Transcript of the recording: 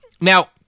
now